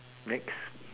next